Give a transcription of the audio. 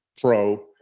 pro